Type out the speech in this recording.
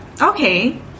okay